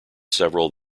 several